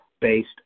based